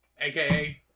aka